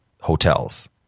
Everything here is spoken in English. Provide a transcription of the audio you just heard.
hotels